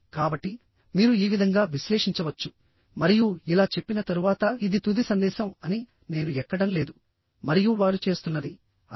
కాబట్టి మీరు ఈ విధంగా విశ్లేషించవచ్చు మరియు ఇలా చెప్పిన తరువాత ఇది తుది సందేశం అని నేను ఎక్కడం లేదు మరియు వారు చేస్తున్నది అదే